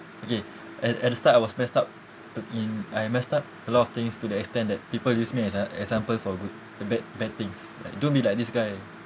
okay at at the start I was messed up to in I messed up a lot of things to the extent that people use me as an example for good bad bad things don't be like this guy